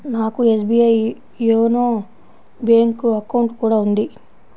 నాకు SBI YONO bank account కూడా ఉంది